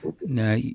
now